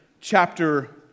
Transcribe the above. chapter